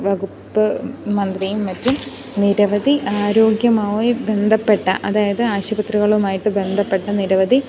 വകുപ്പ് മന്ത്രിയും മറ്റും നിരവധി ആരോഗ്യമായി ബന്ധപ്പെട്ട അതായത് ആശുപത്രികളുമായിട്ട് ബന്ധപ്പെട്ട് നിരവധി